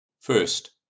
First